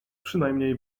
przynajmniej